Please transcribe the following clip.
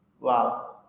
wow